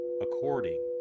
according